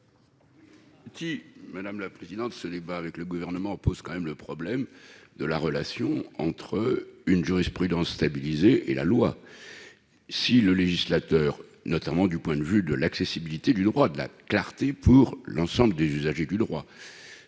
de vote. Ce débat avec le Gouvernement pose tout de même le problème de la relation entre une jurisprudence stabilisée et la loi. Si le législateur, notamment du point de vue de l'accessibilité du droit et de la clarté pour l'ensemble des usagers du droit,